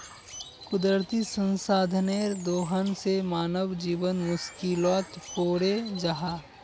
कुदरती संसाधनेर दोहन से मानव जीवन मुश्कीलोत पोरे जाहा